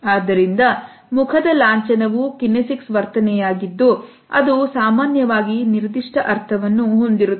ಆದ್ದರಿಂದ ಮುಖದ ಲಾಂಛನವು ಕನಸಿಕ್ಸ್ ವರ್ತನೆಯಾಗಿದೆ ಅದು ಸಾಮಾನ್ಯವಾಗಿ ನಿರ್ದಿಷ್ಟ ಅರ್ಥವನ್ನು ಹೊಂದಿರುತ್ತದೆ